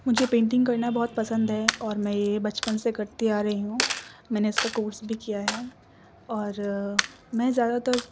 مجھے پینٹنگ کرنا بہت پسند ہے اور میں یہ بچپن سے کرتی آ رہی ہوں میں نے اس کا کورس بھی کیا ہے اور میں زیادہ تر